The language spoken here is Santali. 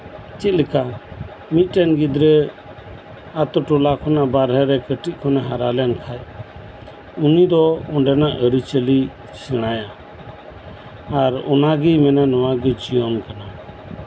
ᱪᱮᱫᱞᱮᱠᱟ ᱢᱤᱫᱴᱮᱡ ᱜᱤᱫᱽᱨᱟᱹ ᱟᱛᱩᱴᱚᱞᱟ ᱠᱷᱚᱡ ᱱᱟᱥᱮᱱᱟᱜ ᱵᱟᱨᱦᱮ ᱨᱮᱭ ᱦᱟᱨᱟ ᱞᱮᱱ ᱠᱷᱟᱡ ᱩᱱᱤ ᱫᱚ ᱚᱸᱰᱮᱱᱟᱜ ᱟᱹᱨᱤᱪᱟᱞᱤᱭ ᱥᱮᱬᱟᱭᱟ ᱟᱨ ᱚᱱᱟ ᱜᱮᱭ ᱢᱮᱱᱟ ᱱᱚᱣᱟ ᱜᱮ ᱡᱤᱭᱚᱱ ᱠᱟᱱᱟ